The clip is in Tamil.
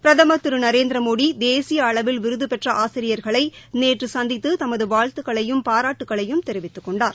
பிரதமர் திரு நரேந்திரமோடி தேசிய அளவில் விருதுபெற்ற ஆசிரியர்களை நேற்று சந்தித்து தமது வாழ்த்துக்களையும் பாராட்டுக்களையும் தெரிவித்துக் கொண்டார்